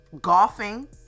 golfing